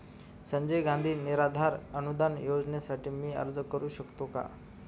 संजय गांधी निराधार अनुदान योजनेसाठी मी अर्ज करू शकतो का?